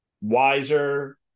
wiser